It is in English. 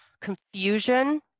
confusion